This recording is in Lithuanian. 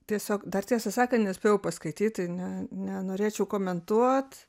tiesiog dar tiesą sakant nespėjau paskaityt tai ne nenorėčiau komentuot